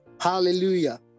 Hallelujah